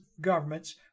governments